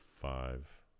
five